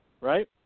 right